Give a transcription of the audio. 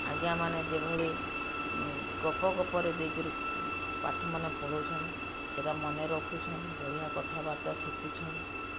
ଆଜ୍ଞାମାନେ ଯେଭଳି ଗପ ଗପରେ ଦେଇକରି ପାଠ ମାନେ ପଢ଼ଉଛନ୍ ସେଟା ମନେ ରଖୁଛନ୍ ବଢ଼ିଆ କଥାବାର୍ତ୍ତା ଶିଖୁଛନ୍